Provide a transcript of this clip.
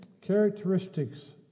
Characteristics